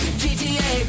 gta